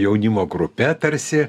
jaunimo grupe tarsi